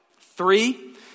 Three